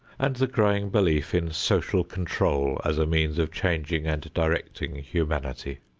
and the growing belief in social control as a means of changing and directing humanity.